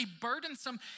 burdensome